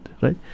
right